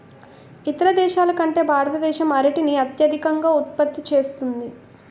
ఇతర దేశాల కంటే భారతదేశం అరటిని అత్యధికంగా ఉత్పత్తి చేస్తుంది